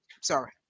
sorry